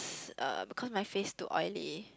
uh because my face too oily